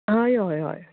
हय हय